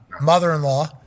mother-in-law